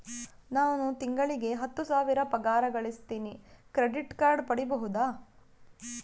ನಾನು ತಿಂಗಳಿಗೆ ಹತ್ತು ಸಾವಿರ ಪಗಾರ ಗಳಸತಿನಿ ಕ್ರೆಡಿಟ್ ಕಾರ್ಡ್ ಪಡಿಬಹುದಾ?